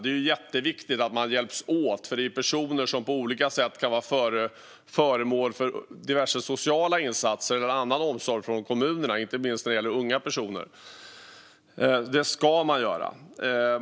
Det är jätteviktigt att man hjälps åt, för detta är ju personer som på olika sätt kan vara föremål för diverse sociala insatser eller annan omsorg från kommunerna, inte minst när det gäller unga personer. Samverka ska man göra.